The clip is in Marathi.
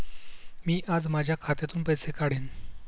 मी आज माझ्या खात्यातून पैसे काढेन